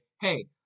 Hey